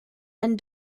and